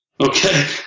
Okay